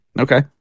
Okay